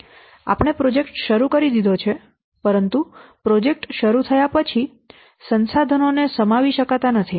આપણે પ્રોજેક્ટ શરૂ કરી દીધો છે પરંતુ પ્રોજેક્ટ શરૂ થયા પછી સંસાધનો ને સમાવી શકતા નથી